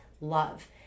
love